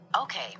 Okay